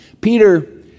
Peter